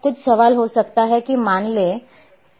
अब कुछ सवाल हो सकता है कि मान लें